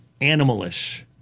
animalish